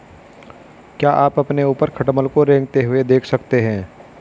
क्या आप अपने ऊपर खटमल को रेंगते हुए देख सकते हैं?